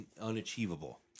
unachievable